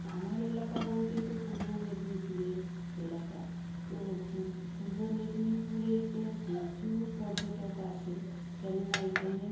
আমার এলাকা বলতে তো পূর্ব মেদনীপুরের এলাকা তো পূর্ব মেদিনীপুরে তো প্রচুর পর্যটক আসে কেননা এখানে